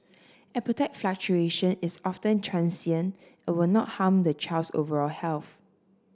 appetite fluctuation is often transient and will not harm the child's overall health